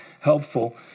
helpful